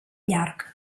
llarg